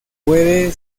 puede